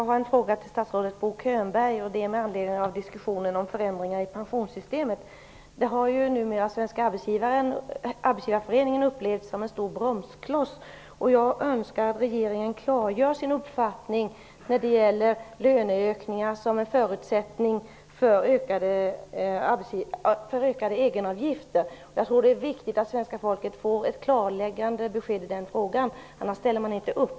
Herr talman! Jag har en fråga till statsrådet Bo Svenska arbetsgivareföreningen har upplevt detta som en stor bromskloss. Jag önskar att regeringen klargör sin uppfattning när det gäller löneökningar som en förutsättning för ökade egenavgifter. Jag tror att det är viktigt att svenska folket får ett klarläggande besked i den frågan, annars ställer man inte upp.